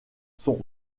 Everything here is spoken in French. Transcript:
sont